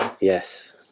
Yes